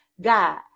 God